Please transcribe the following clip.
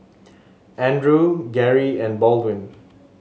Andrew Garey and Baldwin